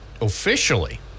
officially